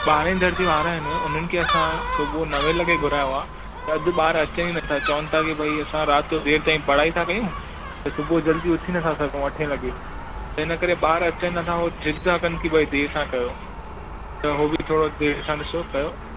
ॿारहें दर्जे वारा आहिनि उन्हनि खे असां सुबुह नवें लॻे घुरायो आहे त अधु ॿार अचनि ई नथां चवनि था कि भई असां राति जो देरि ताईं पढ़ाई था कयूं त सुबुह जल्दी उथी नथां सघूं अठे लॻे त हिन करे ॿार अचनि नथां उहो ज़िद था कनि कि भई देर सां कयो त उहो बि थोरो देरि सां ॾिसो कयो